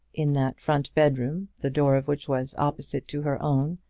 in that front bedroom, the door of which was opposite to her own,